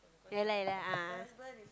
yea lah yea lah ah